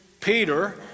Peter